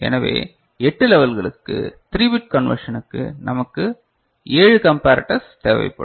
எனவே 8 லெவல்களுக்கு 3 பிட் கண்வெர்ஷனுக்கு நமக்கு 7 கம்பரட்டர்ஸ் தேவைப்படும்